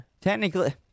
Technically